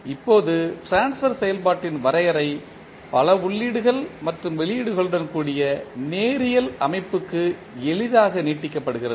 இப்போது ட்ரான்ஸ்பர் செயல்பாட்டின் வரையறை பல உள்ளீடுகள் மற்றும் வெளியீடுகளுடன் கூடிய நேரியல் அமைப்புக்கு எளிதாக நீட்டிக்கப்படுகிறது